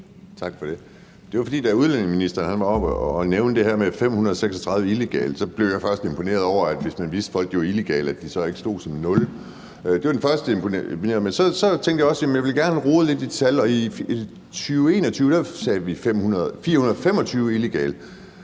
Tak for det. Da udlændingeministeren var heroppe og nævnte det her med 538 illegale, blev jeg faktisk imponeret over, at de, hvis man vidste om dem, at de var illegale, så ikke stod som 0. Det var det første. Men så tænkte jeg også, at jeg gerne ville rode lidt i tallene, og i 2021 sagde man, at